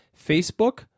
Facebook